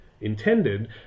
intended